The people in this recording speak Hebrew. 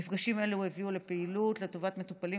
מפגשים אלו הביאו לפעילות לטובת מטופלים